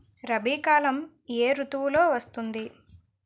రబీ కాలం ఏ ఋతువులో వస్తుంది?